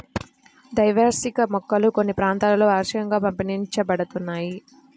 ద్వైవార్షిక మొక్కలు కొన్ని ప్రాంతాలలో వార్షికంగా పరిగణించబడుతున్నాయి